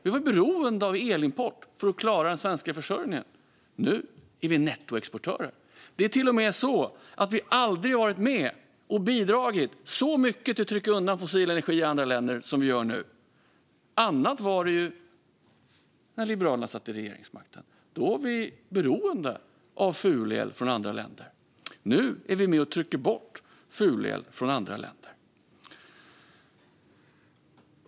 Vi var beroende av elimport för att klara den svenska försörjningen. Nu är vi nettoexportörer. Det är till och med så att vi aldrig har varit med och bidragit så mycket till att trycka undan fossil energi i andra länder som nu. Annat var det när Liberalerna satt vid regeringsmakten. Då var vi beroende av fulel från andra länder. Nu är vi med och trycker bort fulel från andra länder.